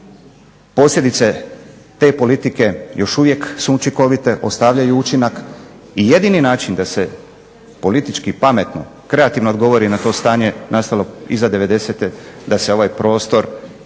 posljedice te politike još uvijek su učinkovite, ostavljaju učinak i jedini način da se politički pametno, kreativno odgovori na to stanje nastalo iza '90.-te, da se ovaj prostor